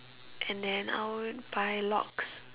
and then I would buy locks